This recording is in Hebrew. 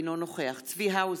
אינו נוכח צבי האוזר,